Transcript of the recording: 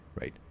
right